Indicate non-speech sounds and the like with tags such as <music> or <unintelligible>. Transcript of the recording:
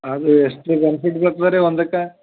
ಅದು ಎಷ್ಟು <unintelligible> ಬರ್ತದೆ ರೀ ಒಂದಕ್ಕೆ